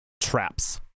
traps